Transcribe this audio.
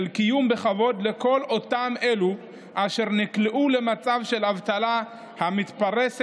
קיום בכבוד לכל אותם אלו אשר נקלעו למצב של אבטלה המתפרסת